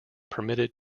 permitted